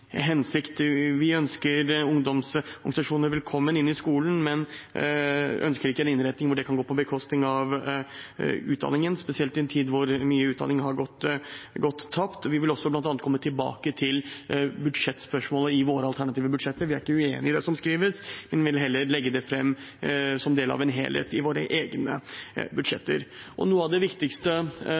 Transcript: hensikt. Vi ønsker ungdomsorganisasjoner velkommen inn i skolen, men ønsker ikke en innretning hvor det kan gå på bekostning av utdanningen, spesielt i en tid hvor mye utdanning har gått tapt. Vi vil også bl.a. komme tilbake til budsjettspørsmålet i våre alternative budsjetter. Vi er ikke uenig i det som skrives, men vi vil heller legge det fram som del av en helhet i våre egne budsjetter. Noe av det viktigste